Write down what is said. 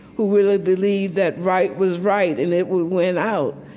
who really believed that right was right, and it would win out.